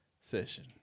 session